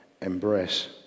embrace